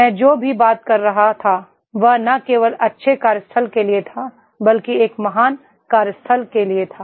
मैं जो भी बात कर रहा था वह न केवल अच्छे कार्यस्थल के लिए था बल्कि एक महान कार्यस्थल के लिए था